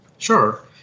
Sure